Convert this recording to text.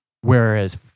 Whereas